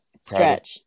Stretch